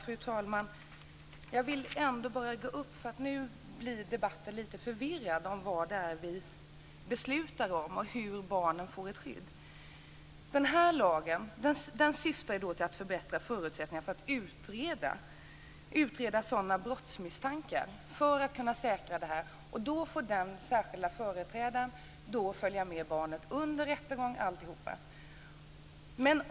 Fru talman! Jag ville bara gå upp igen, för nu blir debatten lite förvirrad när det gäller vad det är vi beslutar om och hur barnen får ett skydd. Den här lagen syftar till att förbättra förutsättningarna för att utreda sådana här brottsmisstankar och säkra det här. Då får den särskilda företrädaren följa med barnet under rättegång och alltihop.